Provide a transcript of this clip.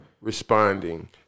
responding